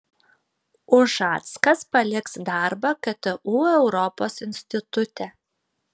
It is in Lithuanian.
ušackas paliks darbą ktu europos institute